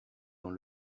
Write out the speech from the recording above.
dans